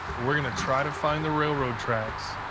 we're gonna try to find the railroad tracks,